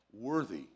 worthy